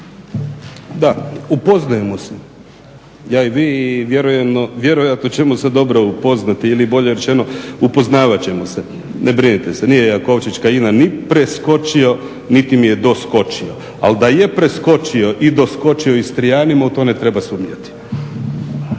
Da, upoznajemo se. Ja i vi i vjerojatno ćemo se dobro upoznati ili bolje rečeno, upoznavat ćemo se. Ne brinite se, nije Jakovčić Kajina ni preskočio niti mi je doskočio, ali da je preskočio i doskočio Istrijanima, u to ne treba sumnjati.